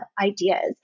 ideas